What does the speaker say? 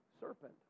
serpent